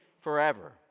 forever